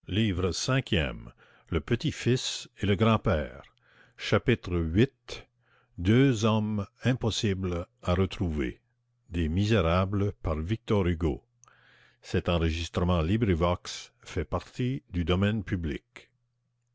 chapitre viii deux hommes impossibles à retrouver